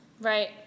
Right